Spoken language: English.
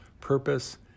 purpose